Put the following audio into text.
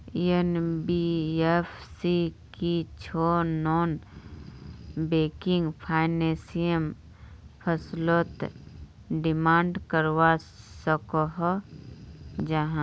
NBFC की छौ non banking financial फसलोत डिमांड करवा सकोहो जाहा?